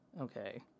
Okay